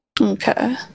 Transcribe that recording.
Okay